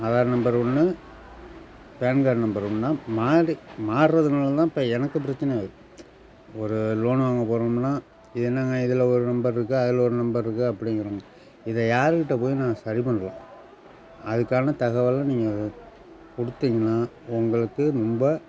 Aadhaar number ஒன்னு PAN card number ஒன்றா மாறி மாறுறதுனால தான் இப்போ எனக்குப் பிரச்சனையாகுது ஒரு லோனு வாங்கப் போகிறோமுன்னா இது என்னங்க இதில் ஒரு நம்பர் இருக்குது அதில் ஒரு நம்பர் இருக்குது அப்படிங்கிறாங்க இதை யாருக்கிட்ட போய் நான் சரி பண்ணுறது அதுக்கான தகவலை நீங்கக் கொடுத்தீங்கன்னா உங்களுக்கு ரொம்ப